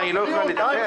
מה, היא לא יכולה לדבר?